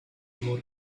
more